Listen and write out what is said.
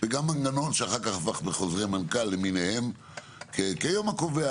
וגם מנגנון שאחר כך הפך בחוזה מנכ"ל למיניהם כי היה מקום,